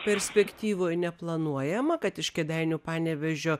perspektyvoj neplanuojama kad iš kėdainių panevėžio